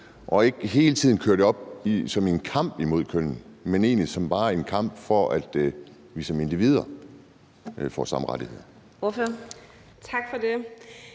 og ikke hele tiden kører det op som en kamp imellem kønnene, men hvor det egentlig bare er en kamp for, at vi som individer får samme rettigheder?